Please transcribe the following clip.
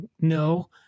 No